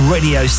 Radio